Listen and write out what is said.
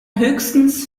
höchstens